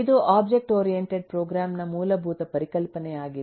ಇದು object oriented program ನ ಮೂಲಭೂತ ಪರಿಕಲ್ಪನೆಯಾಗಿದೆ